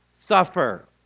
suffer